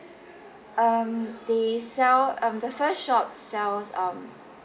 um they sell um the first shop sells um